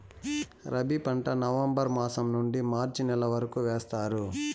రబీ పంట నవంబర్ మాసం నుండీ మార్చి నెల వరకు వేస్తారు